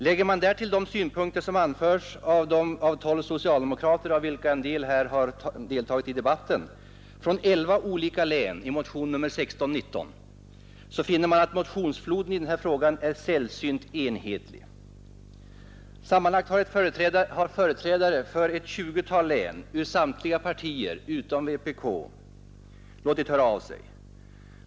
Lägger man till detta de synpunkter som anförs av tolv socialdemokrater — av vilka en del har deltagit i debatten — från elva olika län i motion nr 1619, så finner man att motionsfloden i den här frågan är sällsynt enhetlig. Sammanlagt har företrädare för ett tjugotal län ur samtliga partier utom vpk låtit höra av sig.